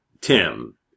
Tim